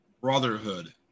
brotherhood